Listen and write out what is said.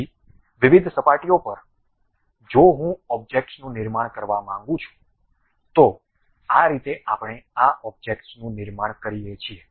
તેથી વિવિધ સપાટીઓ પર જો હું ઓબ્જેક્ટ્સનું નિર્માણ કરવા માંગું છું તો આ રીતે આપણે આ ઓબ્જેક્ટ્સનું નિર્માણ કરીએ છીએ